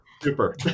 Super